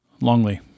Longley